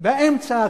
באמצע,